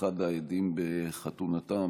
אחד העדים בחתונתם